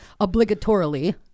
Obligatorily